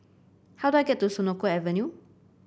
how do I get to Senoko Avenue